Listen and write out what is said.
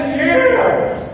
years